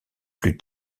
plus